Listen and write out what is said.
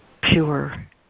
pure